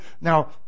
now